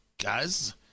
guys